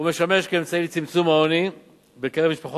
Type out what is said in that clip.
הוא משמש אמצעי לצמצום העוני בקרב משפחות